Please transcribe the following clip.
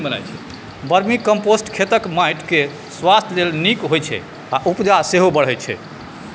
vermicompost खेतक माटि केर स्वास्थ्य लेल नीक होइ छै आ उपजा सेहो बढ़य छै